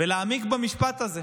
ולהעמיק במשפט הזה.